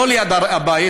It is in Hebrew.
לא ליד הבית,